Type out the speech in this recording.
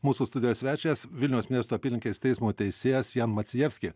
mūsų studijos svečias vilniaus miesto apylinkės teismo teisėjas jan maciejevski